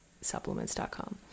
supplements.com